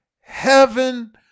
heaven